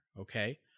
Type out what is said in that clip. okay